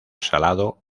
salado